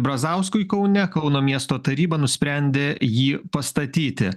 brazauskui kaune kauno miesto taryba nusprendė jį pastatyti